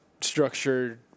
structured